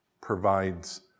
provides